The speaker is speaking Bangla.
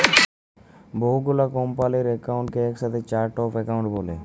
বহু গুলা কম্পালির একাউন্টকে একসাথে চার্ট অফ একাউন্ট ব্যলে